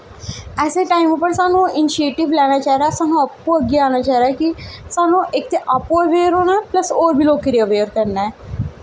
ऐसे टाइम उप्पर सानू इनिसिएटिव लैना चाहिदा सानू आपूं अग्गें आना चाहिदा कि सानू इक ते आपूं अवेयर होना प्लस होर बी लोकें गी अवेयर करना ऐ